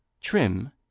Trim